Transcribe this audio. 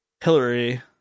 Hillary